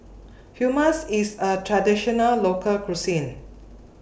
Hummus IS A Traditional Local Cuisine